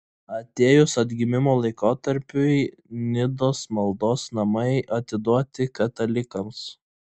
atėjus atgimimo laikotarpiui nidos maldos namai atiduoti katalikams